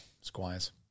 Squires